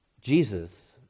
Jesus